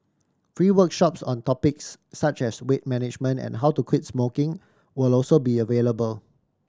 free workshops on topics such as weight management and how to quit smoking will also be available